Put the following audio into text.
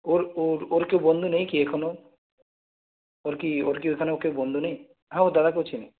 ওর ওর ওর কেউ বন্ধু নেই কি এখনও ওর কি ওর কি ওইখানে কেউ বন্ধু নেই হ্যাঁ ওর দাদাকে ও চেনে